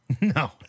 No